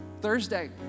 thursday